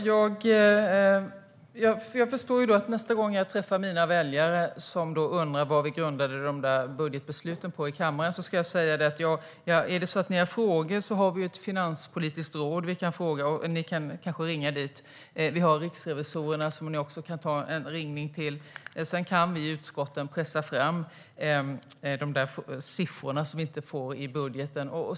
Herr talman! Jag förstår att nästa gång jag träffar mina väljare, som då undrar vad vi grundade budgetbesluten i kammaren på, ska jag säga: Är det så att ni har frågor har vi ett finanspolitiskt råd ni kan fråga; ni kan kanske ringa dit. Vi har riksrevisorerna, som ni också kan ringa till. Sedan kan vi i utskotten pressa fram de där siffrorna som vi inte får i budgeten.